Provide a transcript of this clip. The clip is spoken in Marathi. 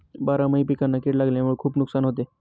बारामाही पिकांना कीड लागल्यामुळे खुप नुकसान होते